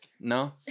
No